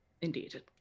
Indeed